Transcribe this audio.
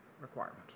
requirement